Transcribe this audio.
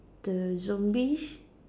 the zombies